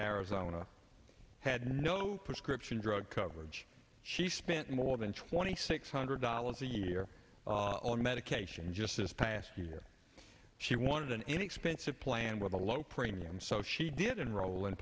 arizona had no prescription drug coverage she spent more than twenty six hundred dollars a year on medication just this past year she wanted an inexpensive plan with a low premium so she didn't roll in